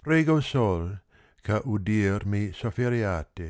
prego sol eh a adir mi sofferiate